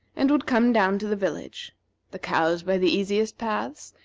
and would come down to the village the cows by the easiest paths,